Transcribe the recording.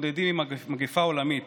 מתמודדים עם מגפה עולמית